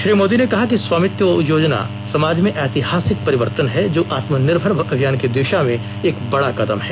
श्री मोदी ने कहा कि स्वामित्व योजना समाज में ऐतिहासिक परिवर्तन है जो आत्म निर्भर अभियान की दिशा में एक बड़ा कदम है